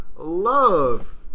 Love